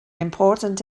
important